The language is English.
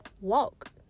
walk